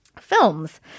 films